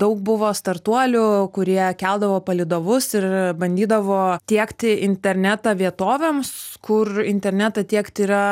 daug buvo startuolių kurie keldavo palydovus ir bandydavo tiekti internetą vietovėms kur internetą tiekt yra